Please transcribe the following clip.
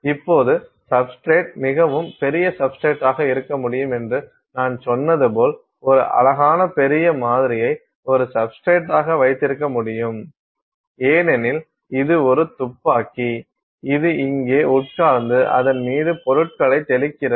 இப்போது சப்ஸ்டிரேட் மிகவும் பெரிய சப்ஸ்டிரேட் substrate ஆக இருக்க முடியும் என்று நான் சொன்னது போல் ஒரு அழகான பெரிய மாதிரியை ஒரு சப்ஸ்டிரேட் ஆக வைத்திருக்க முடியும் ஏனெனில் இது ஒரு துப்பாக்கி இது இங்கே உட்கார்ந்து அதன் மீது பொருட்களை தெளிக்கிறது